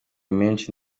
menshi